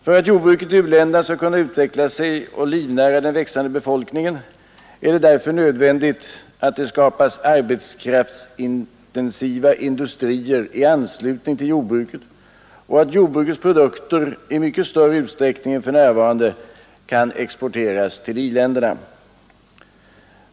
För att jordbruket i u-länderna skall kunna utveckla sig och livnära den växande befolkningen är det därför nödvändigt att det skapas arbetskraftsintensiva industrier i anslutning till jordbruket och att jordbrukets produkter i mycket större utsträckning än för närvarande kan exporteras till i-länderna.